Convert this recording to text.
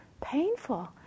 painful